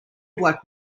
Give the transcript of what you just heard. black